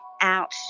out